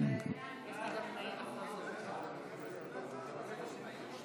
יד יצחק בן-צבי (תיקון מס' 3),